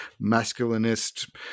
masculinist